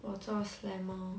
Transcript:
我做 slammer